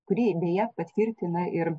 kuri beje patvirtina ir